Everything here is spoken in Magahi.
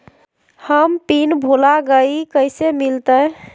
हम पिन भूला गई, कैसे मिलते?